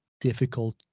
difficult